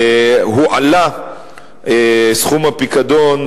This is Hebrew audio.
הועלה סכום הפיקדון,